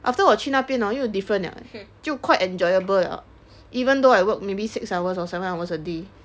after 我去那边 hor 又 different liao leh 就 quite enjoyable liao even though I work maybe six hours or seven hours a day